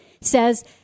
says